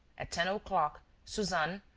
at ten o'clock suzanne,